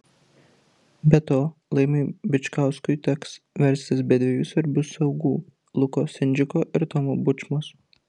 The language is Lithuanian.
be to laimiui bičkauskui teks verstis be dviejų svarbių saugų luko sendžiko ir tomo bučmos